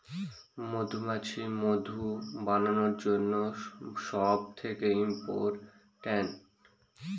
মধুমাছি মধু বানানোর জন্য সব থেকে ইম্পোরট্যান্ট